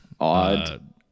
Odd